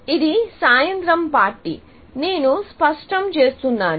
ఇది సాయంత్రం పార్టీ నేను స్పష్టం చేస్తున్నాను